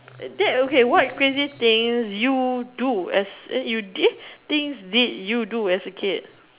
that okay what crazy things you do as you did things did you do as a kid